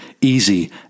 easy